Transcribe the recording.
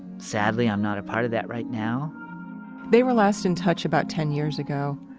sadly, i'm not a part of that right now they were last in touch about ten years ago,